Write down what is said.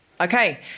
Okay